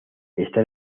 está